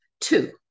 Two